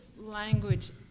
language